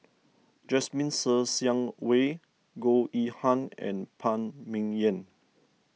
Jasmine Ser Xiang Wei Goh Yihan and Phan Ming Yen